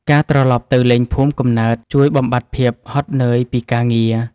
ការត្រឡប់ទៅលេងភូមិកំណើត ជួយបំបាត់ភាពហត់នឿយពីការងារ។